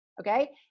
okay